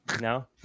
No